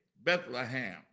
Bethlehem